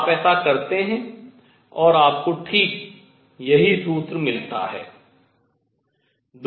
आप ऐसा करते हैं और आपको ठीक यही सूत्र मिलता है